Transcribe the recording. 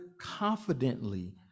confidently